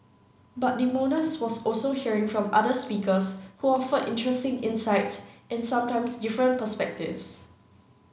but the bonus was also hearing from other speakers who offered interesting insights and sometimes different perspectives